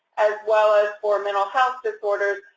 as well as for mental health disorders,